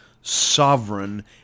sovereign